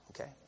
Okay